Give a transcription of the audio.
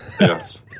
yes